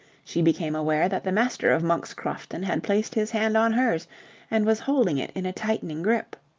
she became aware that the master of monk's crofton had placed his hand on hers and was holding it in a tightening grip.